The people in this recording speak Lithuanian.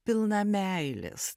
pilna meilės